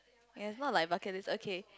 ya it's not like bucket list okay